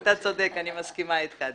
אתה צודק, אני מסכימה אתך אדוני.